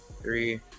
three